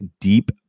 deep